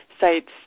sites